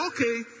okay